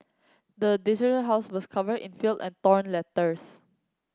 the desolated house was covered in fill and letters